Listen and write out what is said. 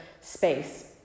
space